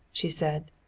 she said.